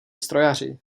strojaři